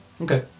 Okay